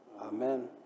Amen